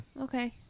Okay